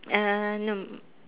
uh no